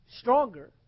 stronger